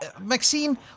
Maxine